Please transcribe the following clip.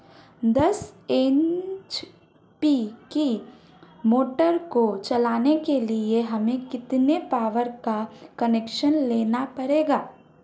दस एच.पी की मोटर को चलाने के लिए हमें कितने पावर का कनेक्शन लेना पड़ेगा?